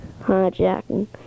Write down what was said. Hijacking